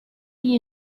iyi